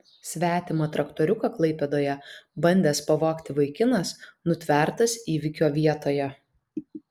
svetimą traktoriuką klaipėdoje bandęs pavogti vaikinas nutvertas įvykio vietoje